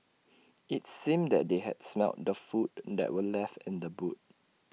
IT seemed that they had smelt the food that were left in the boot